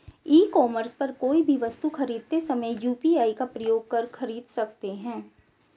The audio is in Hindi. ई कॉमर्स पर कोई भी वस्तु खरीदते समय यू.पी.आई का प्रयोग कर खरीद सकते हैं